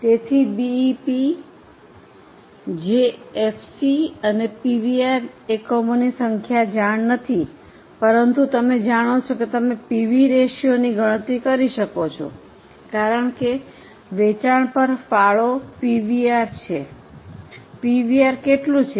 તેથી બીઈપી જે એફસી બાદ પીવીઆર એકમોની સંખ્યાની જાણ નથી પરંતુ તમે જાણો છો કે તમે પીવી રેશિયોની ગણતરી કરી શકો છો કારણ કે વેચાણ પર ફાળો પીવીઆર છે પીવીઆર કેટલું છે